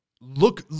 look